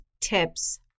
tips